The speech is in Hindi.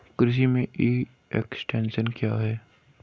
कृषि में ई एक्सटेंशन क्या है?